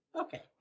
Okay